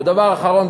ודבר אחרון,